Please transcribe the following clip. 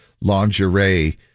lingerie